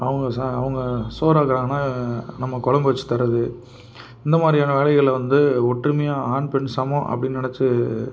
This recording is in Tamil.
அவங்க ச அவங்க சோறு ஆக்குறாங்கன்னா நம்ம குளம்பு வச்சு தரது இந்த மாதிரியான வேலைகளை வந்து ஒற்றுமையாக ஆண் பெண் சமம் அப்படினு நினச்சு